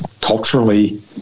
Culturally